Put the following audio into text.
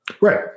Right